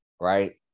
Right